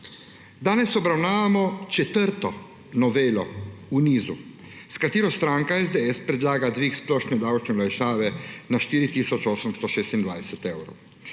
Danes obravnavamo četrto novelo v nizu, s katero stranka SDS predlaga dvig splošne davčne olajšave na 4 tisoč 826 evrov.